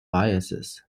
biases